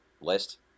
list